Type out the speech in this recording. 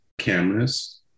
cameras